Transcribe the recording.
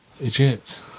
Egypt